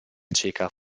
ceca